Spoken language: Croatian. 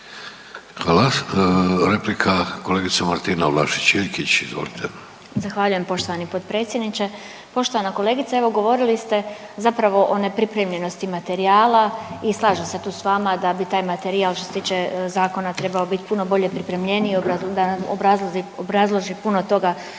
Hvala. Replika kolegica Martina Vlašić Iljkić. Izvolite. **Vlašić Iljkić, Martina (SDP)** Zahvaljujem poštovani potpredsjedniče. Poštovana kolegice, evo govorili ste zapravo o nepripremljenosti materijala i slažem se tu s vama da bi taj materijal što se tiče zakona trebao biti puno bolje pripremljeniji da nam obrazloži puno toga